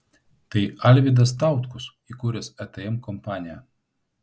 tai alvidas tautkus įkūręs atm kompaniją